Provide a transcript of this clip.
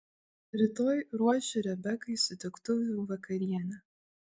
rytoj ruošiu rebekai sutiktuvių vakarienę